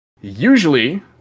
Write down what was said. Usually